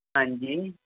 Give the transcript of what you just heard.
ਹਾਂਜੀ